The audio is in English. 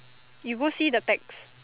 you go see the text